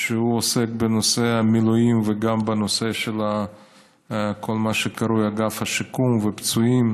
שעוסק בנושא המילואים וגם בנושא של כל מה שקרוי אגף שיקום ופצועים,